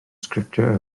sgriptiau